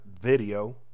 video